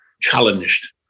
challenged